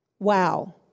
Wow